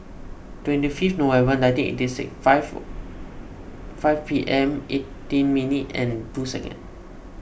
twenty five November nineteen eighty six five five P M eighteen minute and two second